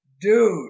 dude